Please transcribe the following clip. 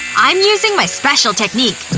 i'm using my special technique.